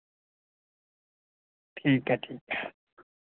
ठीक ऐ ठीक ऐ